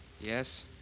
Yes